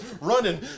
running